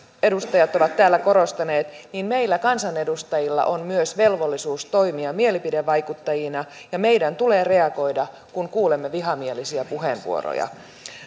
edustajat ovat täällä korostaneet meillä kansanedustajilla on myös velvollisuus toimia mielipidevaikuttajina ja meidän tulee reagoida kun kuulemme vihamielisiä puheenvuoroja